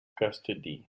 custody